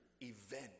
event